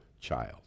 child